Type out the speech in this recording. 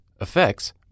effects